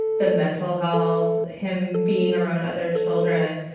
the mental health, him being around other children,